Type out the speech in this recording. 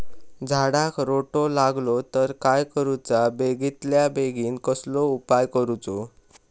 झाडाक रोटो लागलो तर काय करुचा बेगितल्या बेगीन कसलो उपाय करूचो?